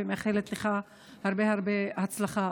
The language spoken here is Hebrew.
ומאחלת לך הרבה הרבה הצלחה.